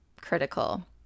critical